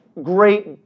Great